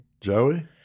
Joey